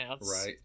right